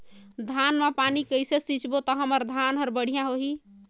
धान मा पानी कइसे सिंचबो ता हमर धन हर बढ़िया होही?